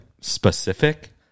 specific